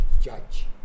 judge